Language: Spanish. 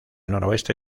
noroeste